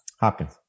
Hopkins